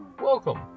Welcome